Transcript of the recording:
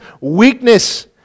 weakness